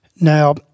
Now